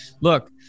Look